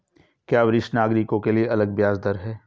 क्या वरिष्ठ नागरिकों के लिए अलग ब्याज दर है?